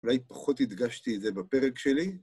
אולי פחות הדגשתי את זה בפרק שלי.